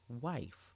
wife